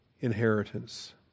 inheritance